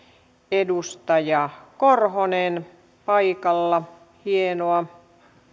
edustaja korhonen paikalla hienoa